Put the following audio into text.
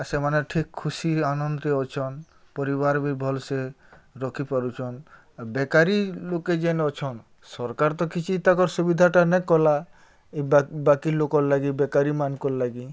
ଆ ସେମାନେ ଠିକ୍ ଖୁସି ଆନନ୍ଦ୍ରେ ଅଛନ୍ ପରିବାର୍ ବି ଭଲ୍ସେ ରଖିପାରୁଚନ୍ ଆଉ ବେକାରୀ ଲୋକେ ଯେନ୍ ଅଛନ୍ ସର୍କାର୍ ତ କିଛି ତାଙ୍କର୍ ସୁବିଧାଟା ନାଇଁ କଲା ବାକି ଲୋକ୍ ଲାଗି ବେକାରୀମାନଙ୍କର୍ ଲାଗି